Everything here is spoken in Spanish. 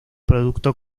producto